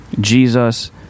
Jesus